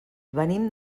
venim